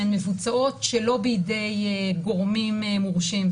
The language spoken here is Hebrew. שמבוצעות שלא בידי גורמים מורשים.